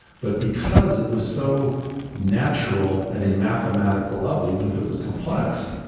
but because it was so natural at a mathematical level, even if it was complex,